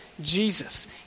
Jesus